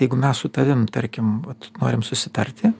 jeigu mes su tavim tarkim vat norim susitarti